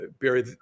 Barry